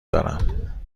دارم